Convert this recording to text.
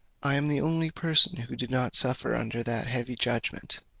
i am the only person who did not suffer under that heavy judgment,